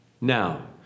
Now